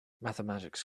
mathematics